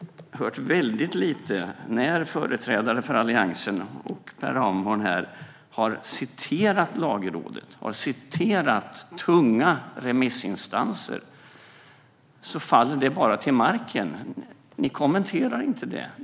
När företrädare för Alliansen samt Per Ramhorn har citerat Lagrådet och tunga remissinstanser faller det bara till marken. Ni kommenterar inte det.